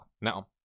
Now